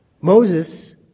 Moses